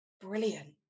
Brilliant